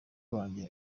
wanjye